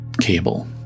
cable